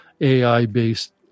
AI-based